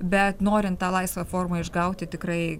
bet norint tą laisvą formą išgauti tikrai